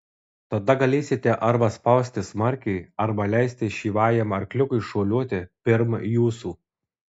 tada galėsite arba spausti smarkiai arba leisti šyvajam arkliukui šuoliuoti pirm jūsų